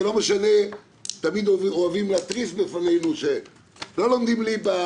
תמיד אוהבים להתריס בפנינו שלא לומדים ליב"ה,